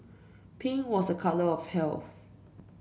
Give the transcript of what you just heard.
pink was a colour of health